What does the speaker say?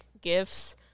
gifts